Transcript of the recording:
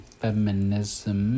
feminism